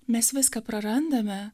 mes viską prarandame